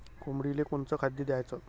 कोंबडीले कोनच खाद्य द्याच?